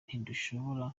ntidushobora